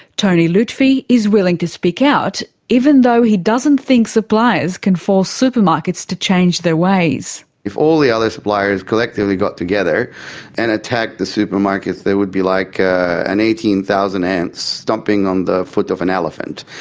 tony lutfi is willing to speak out, even though he doesn't think suppliers can force supermarkets to change their ways. if all the other suppliers collectively got together and attacked the supermarkets they would be like eighteen thousand ants stomping on the foot of an elephant,